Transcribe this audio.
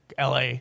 LA